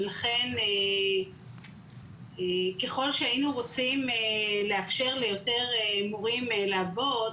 ולכן ככל שהיינו רוצים לאפשר ליותר מורים לעבוד,